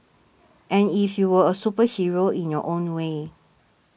and if you were a superhero in your own way